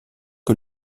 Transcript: que